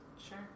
sure